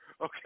okay